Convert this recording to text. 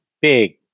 big